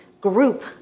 group